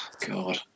God